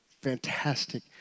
fantastic